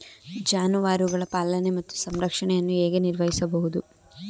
ಜಾನುವಾರುಗಳ ಪಾಲನೆ ಮತ್ತು ಸಂರಕ್ಷಣೆಯನ್ನು ಹೇಗೆ ನಿರ್ವಹಿಸಬಹುದು?